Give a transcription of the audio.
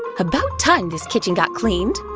about time this kitchen got cleaned.